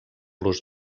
los